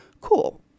Cool